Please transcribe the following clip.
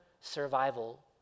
survival